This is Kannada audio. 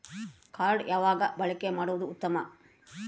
ಕಾರ್ಡ್ ಯಾವಾಗ ಬಳಕೆ ಮಾಡುವುದು ಉತ್ತಮ?